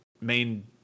main